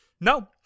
no